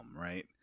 right